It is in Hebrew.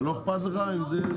מה, לא אכפת לך אם זה יהיה שניהם?